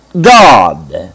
God